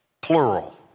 plural